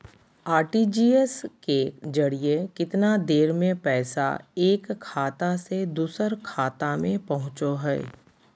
RTGS के जरिए कितना देर में पैसा एक खाता से दुसर खाता में पहुचो है?